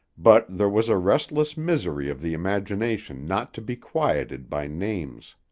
but there was a restless misery of the imagination not to be quieted by names.